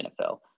NFL